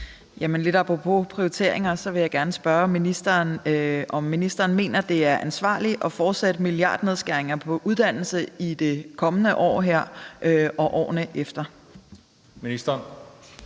lidt apropos prioriteringer vil jeg gerne spørge: Mener ministeren, at det er ansvarligt at fortsætte milliardnedskæringer på uddannelse i det kommende år og årene efter? Kl.